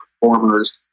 performers